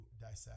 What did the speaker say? dissect